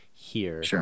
Sure